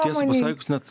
tiesą pasakius net